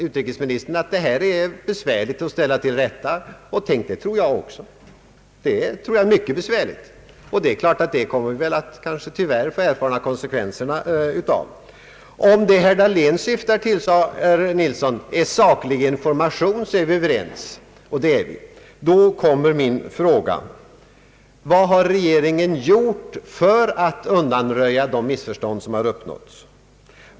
Utrikesministern ansåg att detta var besvärligt att ställa till rätta — det tror jag också! Vi kommer kanske tyvärr att få erfara konsekvenserna av dessa missförstånd. »Om det herr Dahlén syftar till är saklig information», sade herr Nilsson, »så är vi överens.» Då ställer jag frågan: Vad har regeringen gjort för att undanrboja de missförstånd som har uppstått?